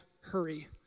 hurry